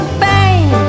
bang